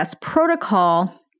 protocol